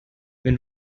wenn